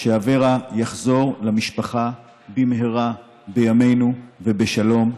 שאברה יחזור למשפחה במהרה בימינו ובשלום.